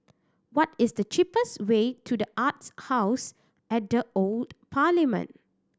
what is the cheapest way to The Arts House at the Old Parliament